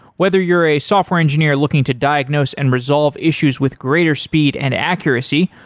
whether you're a software engineer looking to diagnose and resolve issues with greater speed and accuracy,